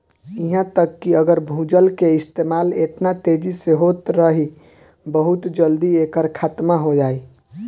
इहा तक कि अगर भूजल के इस्तेमाल एतना तेजी से होत रही बहुत जल्दी एकर खात्मा हो जाई